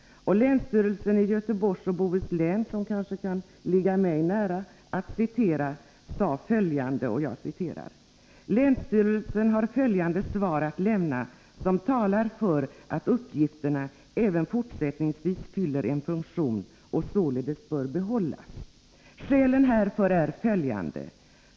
Länsstyrelsen i Göteborgs och Bohus län, som kanske kan intressera mig särskilt mycket, skrev bl.a. följande: ”Länsstyrelsen har följande svar att lämna som talar för att uppgifterna även fortsättningsvis fyller en funktion och således bör behållas. Skälen härför är följande.